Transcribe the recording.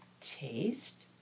taste